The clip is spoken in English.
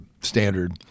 standard